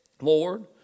Lord